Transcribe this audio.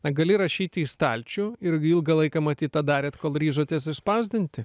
na gali rašyti į stalčių ir ilgą laiką matyt tą darėt kol ryžotės išspausdinti